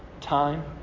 time